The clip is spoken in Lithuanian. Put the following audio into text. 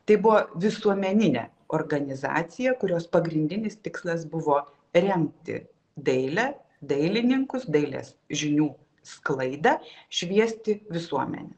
tai buvo visuomeninė organizacija kurios pagrindinis tikslas buvo remti dailę dailininkus dailės žinių sklaidą šviesti visuomenę